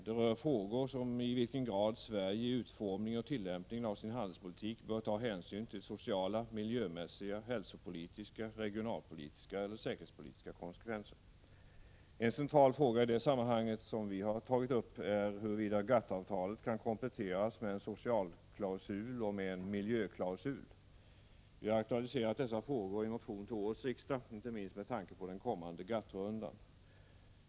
Det rör frågor som i vilken grad Sverige i utformningen och tillämpningen av sin handelpolitik bör ta hänsyn till sociala, miljömässiga, hälsopolitiska, regionalpolitiska och säkerhetspolitiska konsekvenser. En central fråga i det sammanhanget är huruvida GATT-avtalet kan kompletteras med en socialklausul och med en miljöklausul. Vi har aktualiserat dessa frågor i en motion till årets riksmöte, inte minst med tanke på den kommande GATT-rundan.